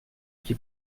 qui